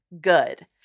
good